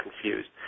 confused